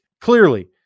clearly